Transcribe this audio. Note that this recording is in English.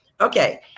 Okay